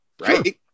right